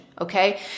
Okay